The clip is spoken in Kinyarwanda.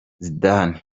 zidane